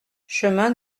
chemin